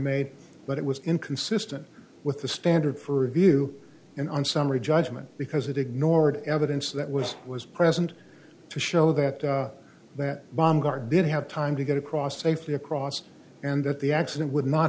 made but it was inconsistent with the standard for review and on summary judgment because it ignored evidence that was was present to show that that baumgardner did have time to get across safely across and that the accident would not